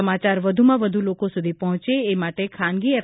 સમાચાર વધુમાં વધુ લોકો સુધી પહોંચે એ માટે ખાનગી એફ